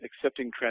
accepting